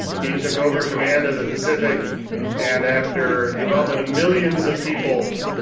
he took over command of the pacific and after the involvement of millions of people,